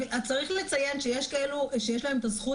צריך לציין שיש כאלה שיש להם את הזכות